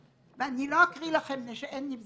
ואני לא אקריא לכם מפני שאין לי זמן,